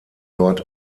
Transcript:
dort